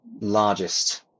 largest